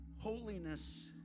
Holiness